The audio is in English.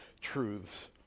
truths